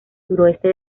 suroeste